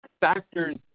factors